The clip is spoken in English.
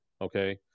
okay